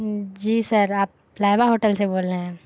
جی sir آپ Palava hotel سے بول رہے ہیں